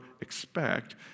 expect